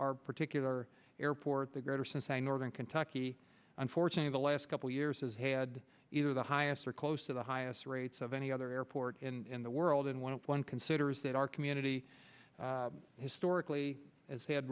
the particular airport the greater cincinnati northern kentucky unfortunately the last couple years has had either the highest or close to the highest rates of any other airport in the world and one of one considers that our community historically as had